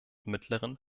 mittleren